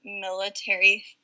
military